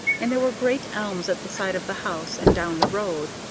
and there were great elms at the side of the house and down the road.